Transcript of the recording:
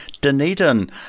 Dunedin